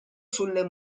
sulle